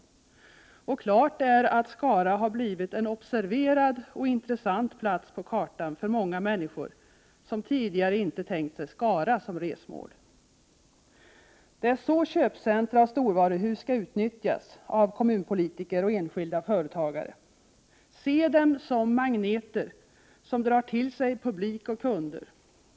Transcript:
Det är klart att Skara har blivit en observerad och intressant plats på kartan för många människor som tidigare inte tänkt sig Skara som resmål. Det är så köpcentra och storvaruhus skall utnyttjas av kommunpolitiker och enskilda företagare. De skall ses som magneter som drar till sig publik och kunder.